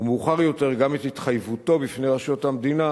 ומאוחר יותר גם את התחייבותו בפני רשויות המדינה